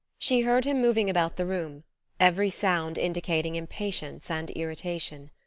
she heard him moving about the room every sound indicating impatience and irritation.